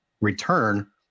return